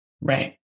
Right